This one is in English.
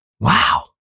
Wow